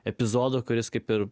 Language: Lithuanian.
epizodų kuris kaip ir